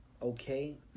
Okay